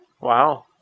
Wow